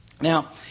Now